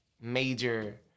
major